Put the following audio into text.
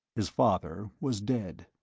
his father was dead.